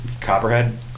Copperhead